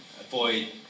avoid